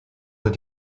sind